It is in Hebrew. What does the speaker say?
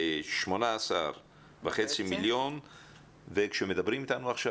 ירד ל-18,500,000 וכשמדברים איתנו עכשיו